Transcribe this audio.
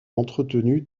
entretenus